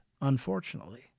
unfortunately